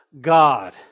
God